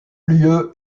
lieu